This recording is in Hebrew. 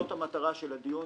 זאת המטרה של הדיון.